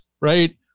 right